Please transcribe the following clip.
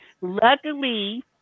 Luckily